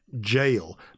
Jail